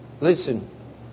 Listen